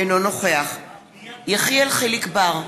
אינו נוכח יחיאל חיליק בר,